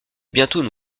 bientôt